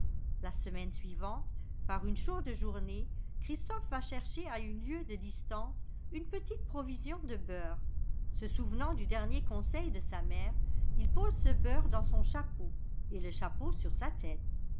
la semaine suivante par une chaude journée christophe va chercher à une lieue de distance une petite provision de beurre se souvenant du dernier conseil de sa mère il pose ce beurre dans son chapeau et le chapeau sur sa tête